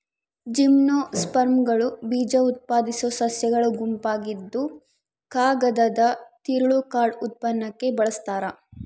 ಜಿಮ್ನೋಸ್ಪರ್ಮ್ಗಳು ಬೀಜಉತ್ಪಾದಿಸೋ ಸಸ್ಯಗಳ ಗುಂಪಾಗಿದ್ದುಕಾಗದದ ತಿರುಳು ಕಾರ್ಡ್ ಉತ್ಪನ್ನಕ್ಕೆ ಬಳಸ್ತಾರ